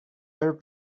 ever